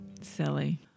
Silly